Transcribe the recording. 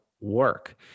work